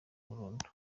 burundu